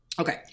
Okay